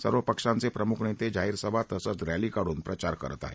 सर्व पक्षांचे प्रमुख नेते जाहीर सभा तसंच रॅली काढून प्रचार करत आहेत